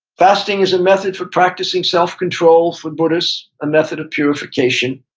fasting is a method for practicing self control for buddhists, a method of purification.